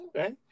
Okay